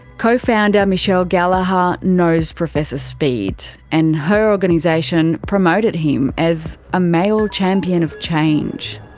co-founder michelle gallaher ah knows professor speed, and her organisation promoted him as a male champion of change.